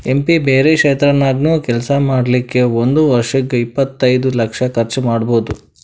M P ಬ್ಯಾರೆ ಕ್ಷೇತ್ರ ನಾಗ್ನು ಕೆಲ್ಸಾ ಮಾಡ್ಲಾಕ್ ಒಂದ್ ವರ್ಷಿಗ್ ಇಪ್ಪತೈದು ಲಕ್ಷ ಕರ್ಚ್ ಮಾಡ್ಬೋದ್